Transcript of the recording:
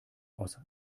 aus